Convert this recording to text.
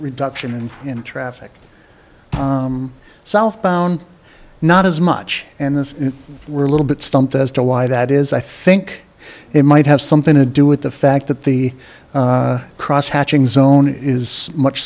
reduction in traffic southbound not as much and this were a little bit stumped as to why that is i think it might have something to do with the fact that the cross hatching zone is much